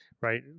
right